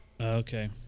Okay